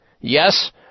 Yes